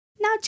Now